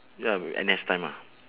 near our N_S time ah